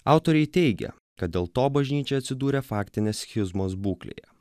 autoriai teigia kad dėl to bažnyčia atsidūrė faktinės schizmos būklėje